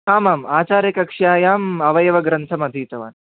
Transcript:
आमाम् आचार्यकक्षायाम् अवयवग्रन्थमधीतवान्